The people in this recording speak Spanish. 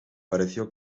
pareció